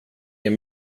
ger